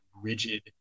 rigid